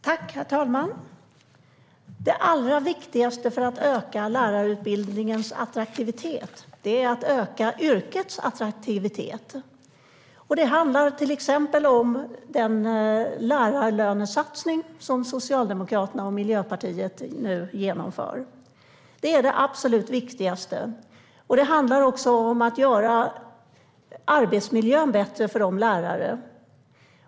Herr talman! Det allra viktigaste för att öka lärarutbildningens attraktivitet är att öka yrkets attraktivitet. Det handlar till exempel om den lärarlönesatsning som Socialdemokraterna och Miljöpartiet nu genomför. Det är det absolut viktigaste. Det handlar också om att göra arbetsmiljön bättre för lärare.